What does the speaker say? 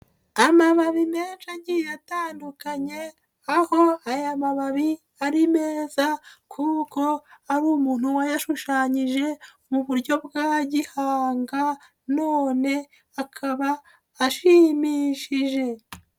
Amababi menshi agiye atandukanye, aho aya mababi ari meza kuko ari umuntu wayashushanyije mu buryo bwa gihanga none akaba ashimishije.